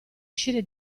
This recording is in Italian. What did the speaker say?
uscire